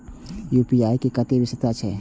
UPI के कि विषेशता छै?